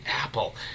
apple